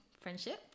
friendship